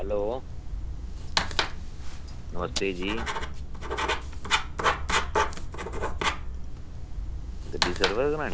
hello नमस्ते जी गड्डी सर्विस करानी